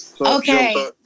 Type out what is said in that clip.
Okay